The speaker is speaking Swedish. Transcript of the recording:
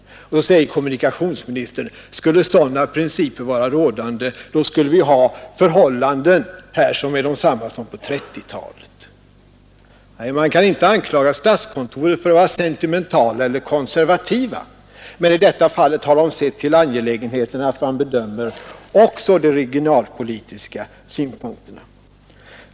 Ändå säger kommunikationsministern: Skulle sådana principer vara rådande, då skulle vi nu ha samma förhållanden i den statliga verksamheten som på 1930-talet. Man kan inte anklaga statskontoret för att vara sentimentalt eller konservativt, utan i detta fall har det sett till angelägenheten av en bedömning också av de regionalpolitiska synpunkterna.